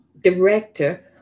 Director